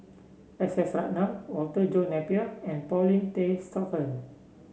S S Ratnam Walter John Napier and Paulin Tay Straughan